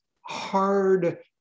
hard